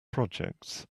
projects